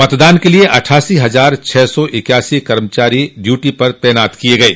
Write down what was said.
मतदान के लिये अट्ठासी हजार छह सौ इक्यासी कर्मचारी डयूटी पर तैनात किये गये